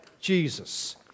Jesus